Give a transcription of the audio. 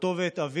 אותו ואת אביו.